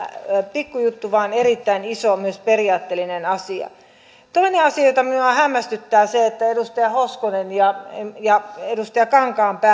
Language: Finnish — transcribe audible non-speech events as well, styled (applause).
pikkujuttu vaan erittäin iso myös periaatteellinen asia toinen asia joka minua hämmästyttää on se että edustaja hoskonen ja ja edustaja kankaanniemi (unintelligible)